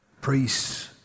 priests